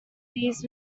these